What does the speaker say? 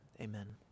Amen